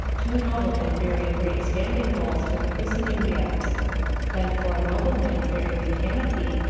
two noblemen, bearing great standing bowles for the christening guifts then foure noblemen bearing a canopy,